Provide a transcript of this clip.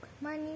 money